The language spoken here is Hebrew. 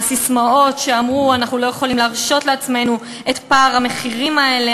הססמאות אמרו: אנחנו לא יכולים להרשות לעצמנו את פערי המחירים האלה,